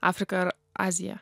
afrika ar azija